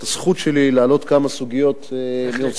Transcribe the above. את הזכות שלי להעלות כמה סוגיות כרצוני.